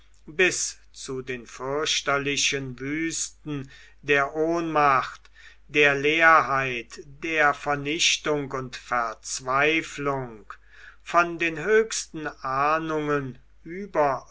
bis zu den fürchterlichen wüsten der ohnmacht der leerheit der vernichtung und verzweiflung von den höchsten ahnungen